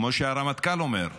כמו שהרמטכ"ל אומר: